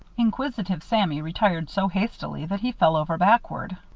inquisitive sammy retired so hastily that he fell over backward.